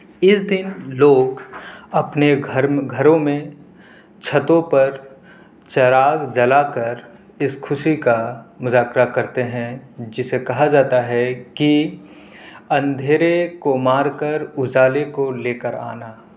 اس دن لوگ اپنے گھرم گھروں میں چھتوں پر چراغ جلا کر اس خوشی کا مذاکرہ کرتے ہیں جسے کہا جاتا ہے کہ اندھیرے کو مار کر اجالے کو لے کر آنا